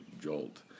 jolt